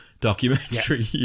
documentary